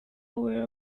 aware